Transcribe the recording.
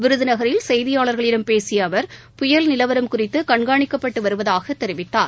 விருதுநகரில் செய்தியாளர்களிடம் பேசிய அவர் புயல் நிலவரம் குறித்து கண்காணிக்கப்பட்டு வருவதாகத் தெரிவித்தார்